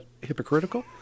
hypocritical